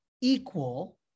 equal